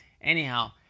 Anyhow